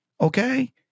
okay